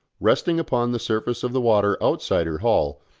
resting upon the surface of the water outside her hull,